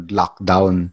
lockdown